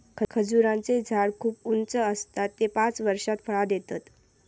खजूराचें झाड खूप उंच आसता ते पांच वर्षात फळां देतत